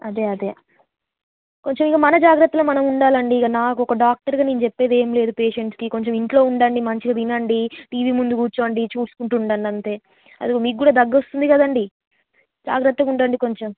అదే అదే కొంచెం ఇక మన జాగ్రత్తలో మనము ఉండాలండి ఇక నాకు ఒక డాక్టర్గా నేను చెప్పేదేం లేదు పేషెంట్కి కొంచెం ఇంట్లో ఉండండి మంచిగా తినండి టీవీ ముందు కూర్చోండి చూసుకుంటు ఉండండి అంతే అదిగో మీకు కూడా దగ్గు వస్తుంది కదండి జాగ్రత్తగా ఉండండి కొంచెం